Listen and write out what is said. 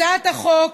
הצעת החוק,